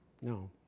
No